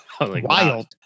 wild